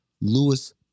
Lewis